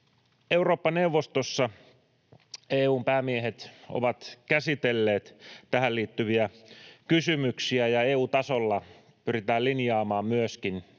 Eurooppa-neuvostossa EU:n päämiehet ovat käsitelleet tähän liittyviä kysymyksiä, ja EU-tasolla pyritään linjaamaan myöskin niitä